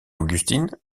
augustine